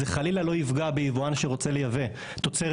זה חלילה לא יפגע ביבואן שרוצה לייבא תוצרת